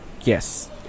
Yes